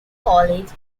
college